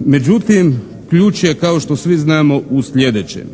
Međutim, ključ je kao što svi znamo u sljedećem.